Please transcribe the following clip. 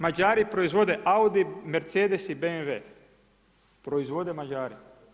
Mađari proizvode Audi, Mercedes i BMW, proizvode Mađari.